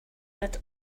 that